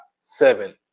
seven